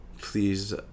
Please